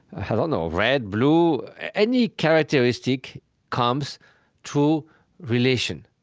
i don't know, red, blue any characteristic comes to relation.